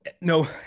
No